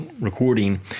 recording